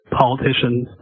politicians